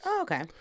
Okay